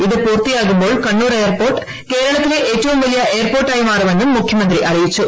ഇത് പൂർത്തിയാകുമ്പോൾ കണ്ണൂർ എയർപോർട്ട് കേരളത്തിലെ ഏറ്റവും വലിയ എയർപോർട്ട് ആയി മാറുമെന്നും മുഖ്യമന്ത്രി പറഞ്ഞു